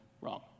wrong